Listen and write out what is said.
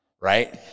right